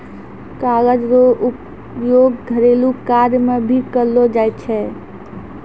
कागज रो उपयोग घरेलू कार्य मे भी करलो जाय छै